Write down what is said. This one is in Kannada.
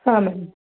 ಹಾಂ ಮ್ಯಾಮ್